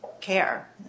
care